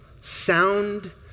sound